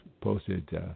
posted